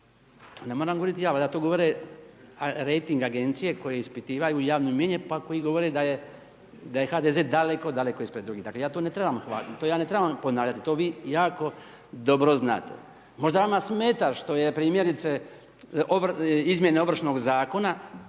Ne moram govoriti ja, valjda to govore rejting agencije, koje ispitivanju javno mijenje, pa koji govore da je HDZ daleko daleko ispred dugih, ja to ne trebam ponavljati, to vi jako dobro znate. Možda vama smeta, što je primjerice, izmjene ovršnog zakona